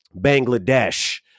Bangladesh